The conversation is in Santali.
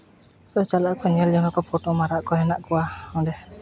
ᱛᱚ ᱪᱟᱞᱟᱜ ᱟᱠᱚ ᱧᱮᱞ ᱡᱚᱱᱟᱜ ᱠᱚ ᱯᱷᱳᱴᱳ ᱢᱟᱨᱟᱫ ᱠᱚ ᱦᱮᱱᱟᱜ ᱠᱚᱣᱟ ᱚᱸᱰᱮ